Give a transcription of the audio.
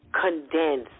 Condense